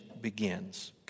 begins